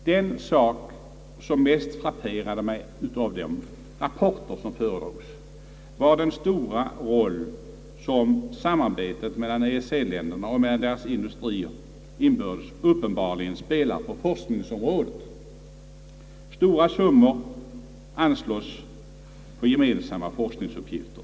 Den sak som mest frapperade mig av de rapporter som föredrogs var den stora roll, som samarbetet mellan EEC länderna och mellan deras industrier inbördes spelar på forskningsområdet. Stora summor anslås för gemensamma forskningsuppgifter.